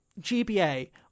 GBA